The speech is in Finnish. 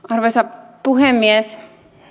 arvoisa puhemies